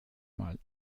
mal